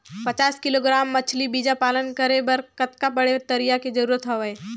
पचास किलोग्राम मछरी बीजा पालन करे बर कतका बड़े तरिया के जरूरत हवय?